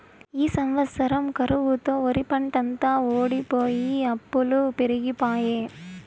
ఈ సంవత్సరం కరువుతో ఒరిపంటంతా వోడిపోయె అప్పులు పెరిగిపాయె